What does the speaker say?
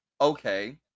Okay